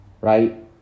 Right